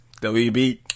WB